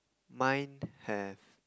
mine have